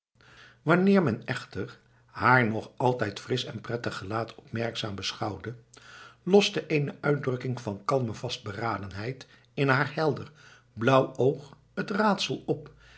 wanneer men echter haar nog altijd frisch en prettig gelaat opmerkzaam beschouwde loste eene uitdrukking van kalme vastberadenheid in haar helder blauw oog het raadsel op